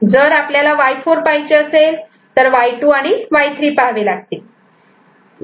जर आपल्याला Y4 पाहायचे असेल तर Y2 आणि Y3 पहावे लागेल